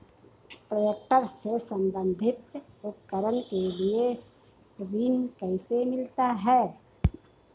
Tractor से संबंधित उपकरण के लिए ऋण कैसे मिलता है?